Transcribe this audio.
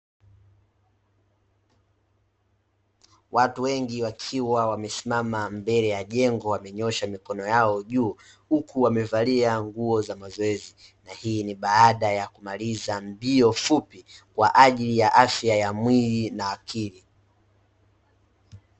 Watu wengi, wakiwa wamesimama mbele ya jengo wamenyoosha mikono yao juu, huku wamevalia nguo za mazoezi. Hii ni baada ya kumaliza mbio fupi kwa ajili ya afya ya mwili na akili.